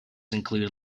include